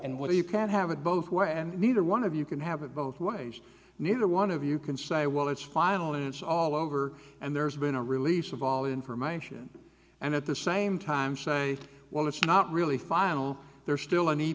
and what do you can't have it both ways and neither one of you can have it both ways neither one of you can say well it's final and it's all over and there's been a release of all information and at the same time say well it's not really final there's still an e